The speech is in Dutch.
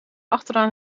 achteraan